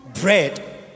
bread